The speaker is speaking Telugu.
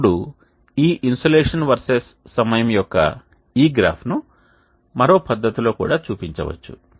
ఇప్పుడు ఈ ఇన్సోలేషన్ వర్సెస్ సమయం యొక్క ఈ గ్రాఫ్ ను మరో పద్ధతిలో కూడా చూపించవచ్చు